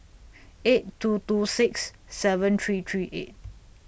eight two two six seven three three eight